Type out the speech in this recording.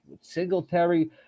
Singletary